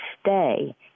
stay